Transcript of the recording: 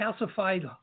calcified